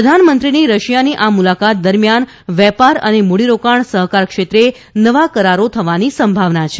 પ્રધાનમંત્રીની રશિયાની આ મુલાકાત દરમિયાન વેપાર અને મૂડીરોકાણ સહકાર ક્ષેત્રે નવા કરારો થવાની સંભાવના છે